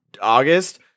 August